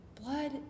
Blood